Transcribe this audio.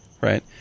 right